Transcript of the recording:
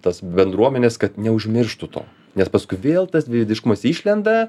tas bendruomenes kad neužmirštų to nes paskui vėl tas dviveidiškumas išlenda